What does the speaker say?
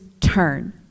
turn